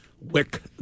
Wick